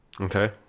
Okay